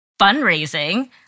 fundraising